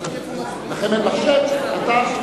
בתקופה שחלפה ועל תוכניותיה למושב הקרוב